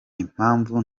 impamvu